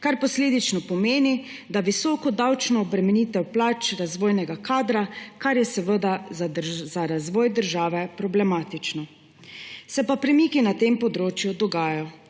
kar posledično pomeni visoko davčno obremenitev plač razvojnega kadra, kar je seveda za razvoj države problematično. Se pa premiki na tem področju dogajajo.